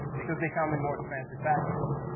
because they come in more expensive packages.